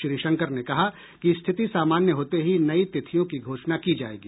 श्री शंकर ने कहा कि रिथति सामान्य होते ही नई तिथियों की घोषणा की जायेगी